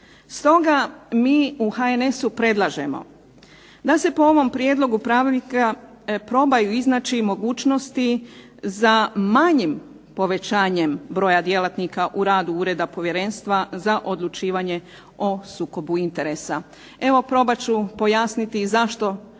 Stoga mi u HNS-u predlažemo da se po ovom prijedlogu pravilnika probaju iznaći mogućnosti za manjim povećanjem broja djelatnika u radu Ureda povjerenstva za odlučivanje o sukobu interesa. Evo probat ću pojasniti zašto